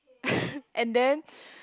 and then